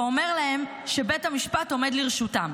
ואומר להם שבית המשפט עומד לרשותם.